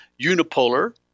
unipolar